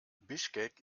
bischkek